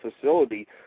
facility